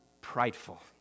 prideful